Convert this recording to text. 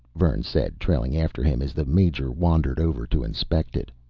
vern said, trailing after him as the major wandered over to inspect it.